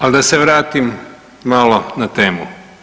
Al da se vratim malo na temu.